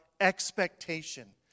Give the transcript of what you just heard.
expectation